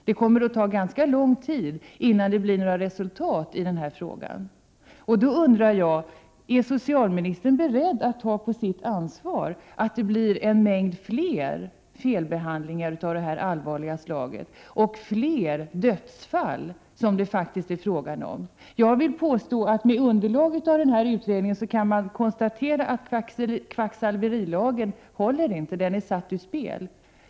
Det kommer att ta ganska lång tid innan det blir några resultat i denna fråga. Är socialministern beredd att ta på sitt ansvar att det blir fler felbehandlingar av detta allvarliga slag och fler dödsfall, som det faktiskt är fråga om? Jag vill påstå att med den här utredningen som underlag kan man konstatera att kvacksalverilagen inte håller. Den är satt ur spel.